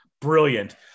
brilliant